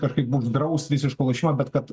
kažkaip draust visiškai lošimą bet kad